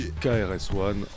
KRS-One